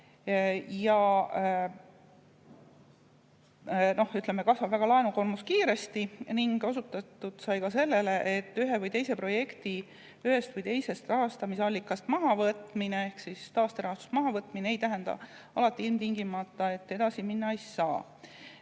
kasvab laenukoormus väga kiiresti. Osutatud sai ka sellele, et ühe või teise projekti ühest või teisest rahastamisallikast mahavõtmine ehk taasterahastust mahavõtmine ei tähenda alati ilmtingimata, et edasi minna ei saa.